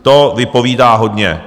To vypovídá hodně.